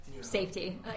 Safety